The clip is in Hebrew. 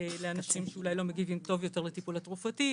לאנשים שלא מגיבים טוב לטיפול התרופתי,